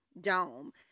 dome